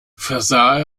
versah